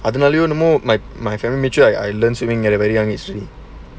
அதுனலயோஎன்னமோ:athunalayo ennamo my family make sure that I learn swimming at a very young age three